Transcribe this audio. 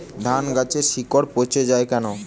ধানগাছের শিকড় পচে য়ায় কেন?